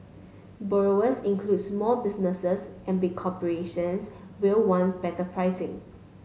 borrowers includes small businesses and big corporations will want better pricing